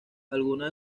algunas